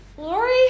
Lori